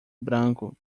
branco